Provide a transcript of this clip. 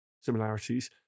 similarities